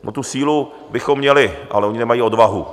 No, tu sílu bychom měli, ale oni nemají odvahu.